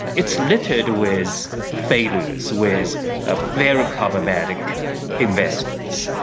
it's littered with failures, with ah very problematic investments.